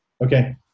Okay